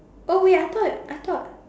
oh wait I thought I thought